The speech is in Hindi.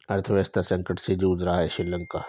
अर्थव्यवस्था संकट से जूझ रहा हैं श्रीलंका